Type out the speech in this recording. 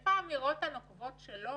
איפה האמירות הנוקבות שלו